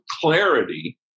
clarity